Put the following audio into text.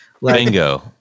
Bingo